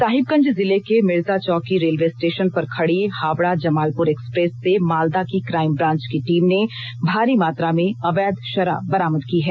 साहिबगंज जिले के Mirzachauki railway station पर खड़ी हावड़ा जमालपुर एक्सप्रेस से मालदा की क्राइम ब्रांच की टीम ने भारी मात्रा में अवैध शराब बरामद की है